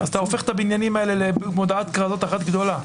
אתה הופך את הבניינים האלה למודעת כרזות אחת גדולה.